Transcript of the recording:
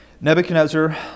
Nebuchadnezzar